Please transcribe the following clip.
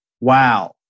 wow